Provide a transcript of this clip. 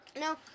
No